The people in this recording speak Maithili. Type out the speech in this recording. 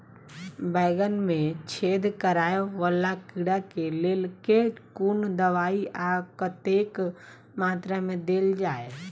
बैंगन मे छेद कराए वला कीड़ा केँ लेल केँ कुन दवाई आ कतेक मात्रा मे देल जाए?